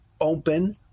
open